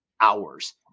hours